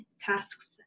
tasks